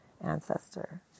ancestor